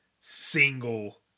single